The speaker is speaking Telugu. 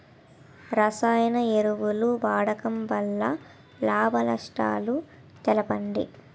రసాయన ఎరువుల వాడకం వల్ల లాభ నష్టాలను తెలపండి?